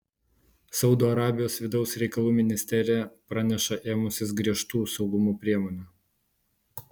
saudo arabijos vidaus reikalų ministerija praneša ėmusis griežtų saugumo priemonių